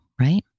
right